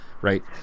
right